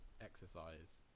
exercise